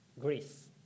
Greece